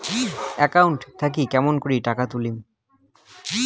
Account থাকি কেমন করি টাকা তুলিম?